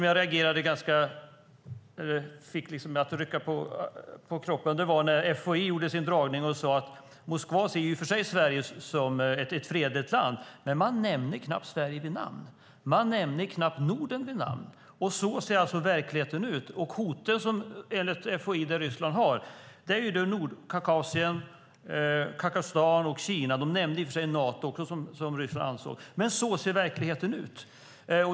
Jag reagerade ordentligt när FOI gjorde sin dragning och sade att Moskva i och för sig ser Sverige som ett fredligt land men knappt nämner Sverige vid namn och knappt nämner Norden vid namn. Så ser alltså verkligheten ut. De hot som Ryssland har enligt FOI gäller Nordkaukasien, Kazakstan och Kina, även om de i och för sig nämnde också Nato. Så ser verkligheten ut.